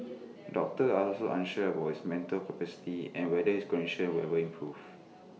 doctors are also unsure about his mental capacity and whether his condition will ever improve